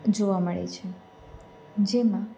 જોવા મળે છે જેમાં